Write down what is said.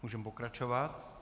Můžeme pokračovat.